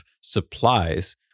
supplies